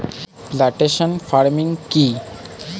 Plantation farming কি?